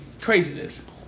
craziness